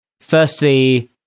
firstly